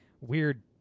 weird